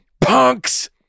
punks